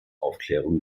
aufklärung